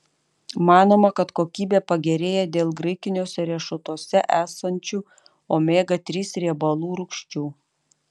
manoma kad kokybė pagerėja dėl graikiniuose riešutuose esančių omega trys riebalų rūgščių